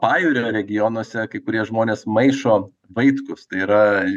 pajūrio regionuose kai kurie žmonės maišo vaitkus tai yra